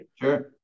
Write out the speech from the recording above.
Sure